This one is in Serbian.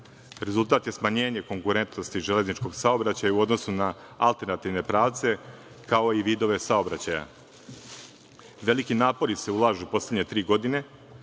Rezultat je smanjenje konkurentnosti saobraćaja u odnosu na alternativne pravce, kao i vidove saobraćaja. Veliki napori se ulažu u poslednje tri godine,